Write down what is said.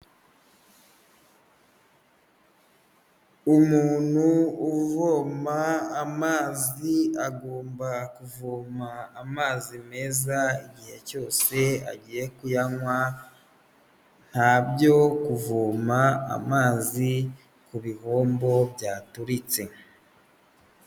Umuntu uvoma amazi agomba kuvoma amazi meza, igihe cyose agiye kuyanywa, nta byo kuvoma amazi ku bihombo byaturitse.